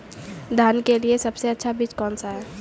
धान के लिए सबसे अच्छा बीज कौन सा है?